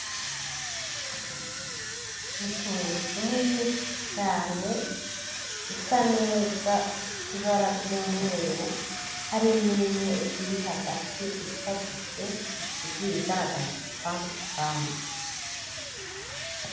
Nii tungurusumu nyinshi cyane isa neza ifite ibara ry'umweru, harimo imwe iri hagati isadutse igiye igaragaza udupande udupande.